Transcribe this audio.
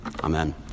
Amen